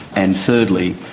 and thirdly,